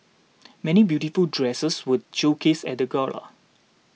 many beautiful dresses were showcased at the gala